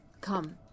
Come